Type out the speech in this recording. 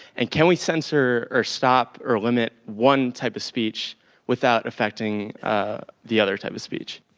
and can we censor or stop or limit one type of speech without affecting the other type of speech?